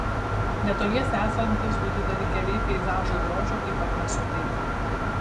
netoliese esantys du dideli keliai peizažui grožio taip pat nesuteikia